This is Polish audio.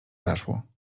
zaszło